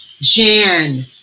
Jan